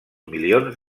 milions